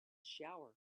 shower